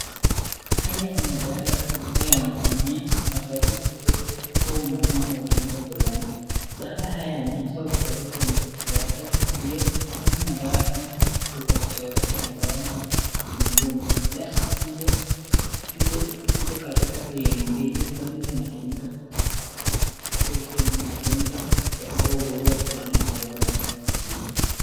Haya ni madawa ambayo yanatumia wakati upo ama unaumwa na ugonjwa fulani. Dawa haya ameweza kutoa kwenye vijikaratasi hio kwani madawa hii ziko kwa vijikaratasi ambayo ni nyekundu. Dawa hizo ziko katika sehemu mbili kwani zinatumika katika ugonjwa fulani ambao unataka kutibiwa.